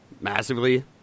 massively